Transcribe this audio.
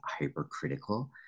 hypercritical